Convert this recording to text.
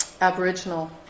Aboriginal